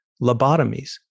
lobotomies